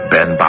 Ben